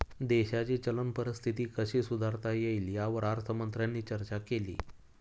देशाची चलन परिस्थिती कशी सुधारता येईल, यावर अर्थमंत्र्यांनी चर्चा केली